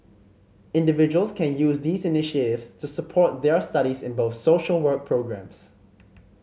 individuals can use these to support their studies in both social work programmes